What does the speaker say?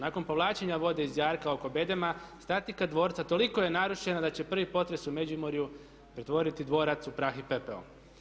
Nakon povlačenja vode iz jarka oko bedema statika dvorca toliko je narušena da će prvi potres u Međimurju pretvoriti dvorac u prah i pepeo.